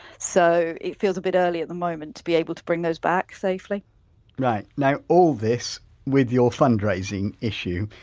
so, it feels a bit early at the moment to be able to bring those back safely right, now all this with your fundraising issue